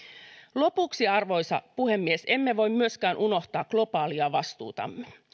lopuksi arvoisa puhemies emme voi myöskään unohtaa globaalia vastuutamme